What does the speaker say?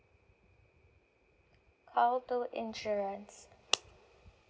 call two insurance